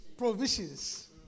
provisions